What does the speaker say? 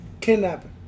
Kidnapping